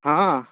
ہاں